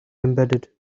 embedded